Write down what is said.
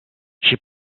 she